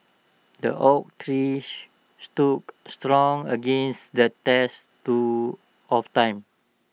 the oak trees stood strong against the tests to of time